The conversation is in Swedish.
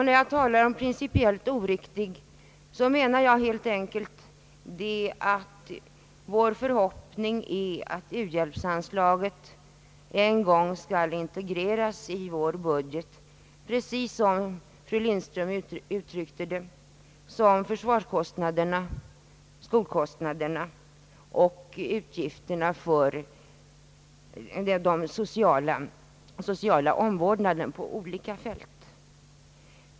När jag säger principiellt oriktig menar jag helt enkelt att vår förhoppning är att u-hbjälpsanslagen en gång skall integreras i vår budget precis som — som fru Lindström uttryckte det — försvarskostnaderna, skolkostnaderna och utgifterna för den sociala omvårdnaden på olika fält.